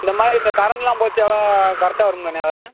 இந்த மாதிரி இந்த கரண்ட்டெலாம் போச்சுனெலாம் கரெக்டாக வருமாண்ணே அதெல்லாம்